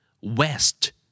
West